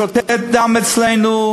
שותת דם אצלנו: